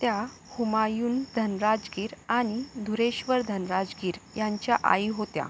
त्या हुमायून धनराजगीर आणि धुरेश्वर धनराजगीर यांच्या आई होत्या